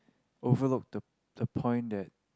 overlooked the the point that